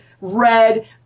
red